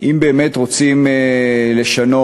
אם באמת רוצים לשנות,